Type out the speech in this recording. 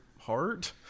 heart